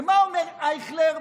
ומה אומר אייכלר?